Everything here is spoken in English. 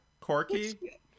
Corky